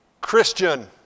Christian